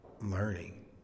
learning